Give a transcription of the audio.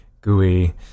gooey